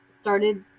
started